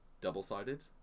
double-sided